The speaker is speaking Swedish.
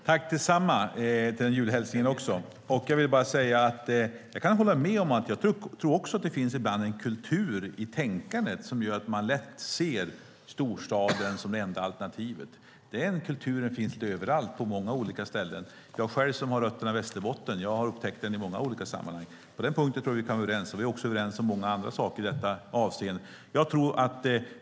Herr talman! Jag önskar tack detsamma till den julhälsningen! Jag kan hålla med om att det ibland finns en kultur i tänkandet som gör att man lätt ser storstaden som det enda alternativet. Den kulturen finns på många ställen. Jag själv som har rötterna i Västerbotten har upptäckt den i många olika sammanhang. På den punkten kan vi vara överens. Vi är också överens om många andra saker i detta avseende.